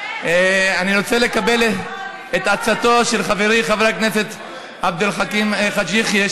אני רוצה לקבל את עצתו של חברי חבר הכנסת עבד אל חכים חאג' יחיא,